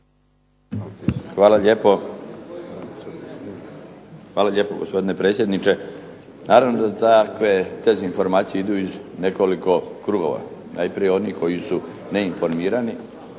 Darko (HDZ)** Hvala lijepo gospodine predsjedniče. Naravno da takve dezinformacije idu iz nekoliko krugova. Najprije oni koji su neinformirani,